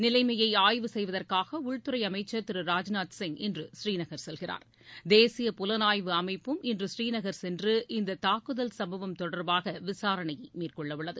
நிலையை செய்வதற்காக உள்துறை அமைச்சர் ஆய்வு திரு ராஜ்நாத் சிங் இன்ற பூநீநகர் செல்கிறார் தேசிய புலனாய்வு அமைப்பும் இன்று ஸ்ரீநகர் சென்று இந்த தாக்குதல் சம்பவம் தொடர்பாக விசாரணையை மேற்கொள்ள உள்ளது